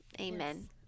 Amen